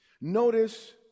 Notice